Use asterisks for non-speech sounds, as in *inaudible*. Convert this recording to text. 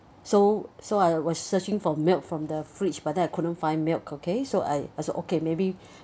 so so I was searching for milk from the fridge but then I couldn't find milk okay so I I so okay maybe *breath*